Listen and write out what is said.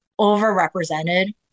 overrepresented